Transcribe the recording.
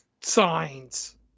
signs